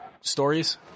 stories